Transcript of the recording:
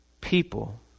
people